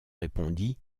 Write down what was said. répondit